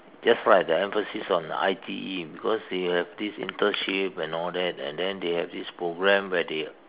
just for right the emphasis on the I_T_E because they have these internship and all that and then they have these program where they